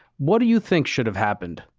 what do you think should have happened?